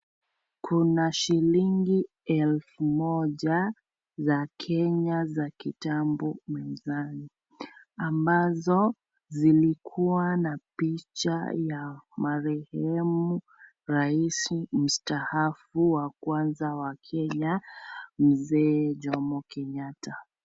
Kuna shilingi elfu moja za Kenya za kitambo wizani ambazo zilikuwa na picha ya marehemu rais mstaafu wa kwanza wa Kenya mzee Jomo Kenyatta.